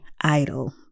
idol